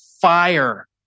fire